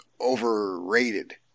overrated